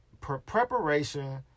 preparation